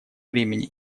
времени